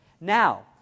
Now